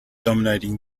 dominating